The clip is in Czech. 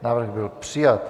Návrh byl přijat.